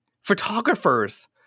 photographers